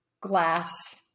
glass